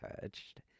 touched